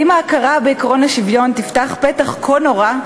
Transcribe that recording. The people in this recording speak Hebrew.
האם ההכרה בעקרון השוויון תפתח פתח כה נורא,